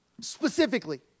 Specifically